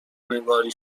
نگاری